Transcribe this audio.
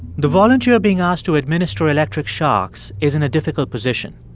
the volunteer being asked to administer electric shocks is in a difficult position.